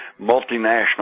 multinational